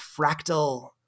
fractal